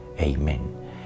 Amen